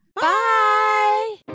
Bye